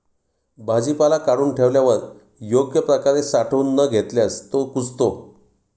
भाजीपाला काढून ठेवल्यावर योग्य प्रकारे साठवून न घेतल्यास तो कुजतो